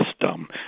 system